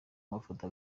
mafoto